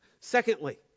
Secondly